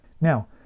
Now